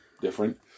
different